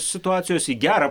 situacijos į gerą